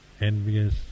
envious